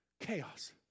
Chaos